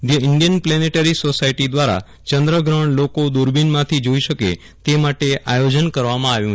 the Indian planetary society દ્વારા ચંદ્રગ્રહણ લોકો દુરબીનમાંથી જોઈ શકે તે માટે આયોજન કરવામાં આવ્યું છે